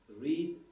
read